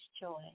joy